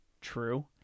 true